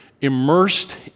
immersed